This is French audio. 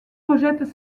rejettent